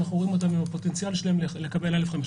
אנחנו רואים את הפוטנציאל שלהם לקבל א5.